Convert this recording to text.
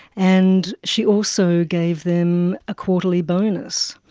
and she also gave them a quarterly bonus.